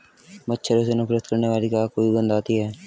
मच्छरों से नफरत करने वाली क्या कोई गंध आती है?